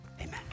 Amen